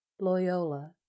Loyola